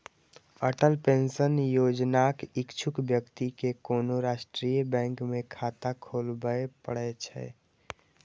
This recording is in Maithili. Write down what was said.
अटल पेंशन योजनाक इच्छुक व्यक्ति कें कोनो राष्ट्रीय बैंक मे खाता खोलबय पड़ै छै